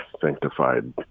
sanctified